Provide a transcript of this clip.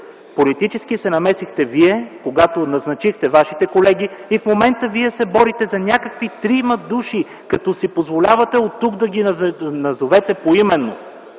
Политически се намесихте вие, когато назначихте вашите колеги и в момента вие се борите за някакви трима души като си позволявате оттук да ги назовете поименно.